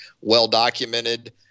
well-documented